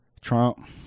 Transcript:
Trump